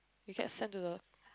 he get sent to the